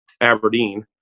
Aberdeen